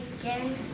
again